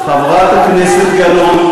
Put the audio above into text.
חברת הכנסת גלאון,